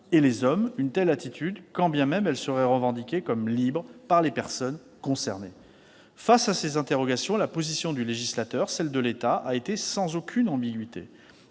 et les hommes, une telle attitude, quand bien même elle serait revendiquée comme libre par les personnes concernées ? Face à ces interrogations, la position du législateur, celle de l'État, a été sans ambiguïté